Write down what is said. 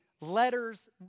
letters